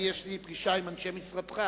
לי יש פגישה עם אנשי משרדך,